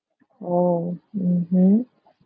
oh mmhmm